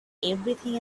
everything